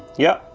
yeah,